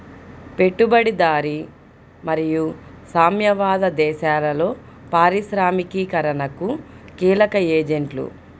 పెట్టుబడిదారీ మరియు సామ్యవాద దేశాలలో పారిశ్రామికీకరణకు కీలక ఏజెంట్లు